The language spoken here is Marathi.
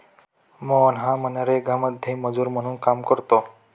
मोहन हा मनरेगामध्ये मजूर म्हणून काम करतो